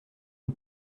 une